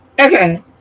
Okay